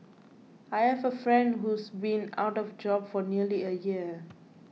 I have a friend who's been out of job for nearly a year